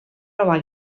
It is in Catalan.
nova